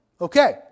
Okay